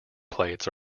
plates